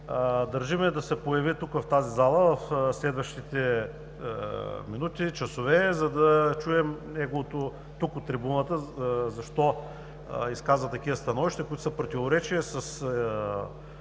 Държим да се появи тук, в тази зала, в следващите минути, часове, за да чуем от трибуната защо изказа такива становища, които са в противоречие с